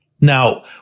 Now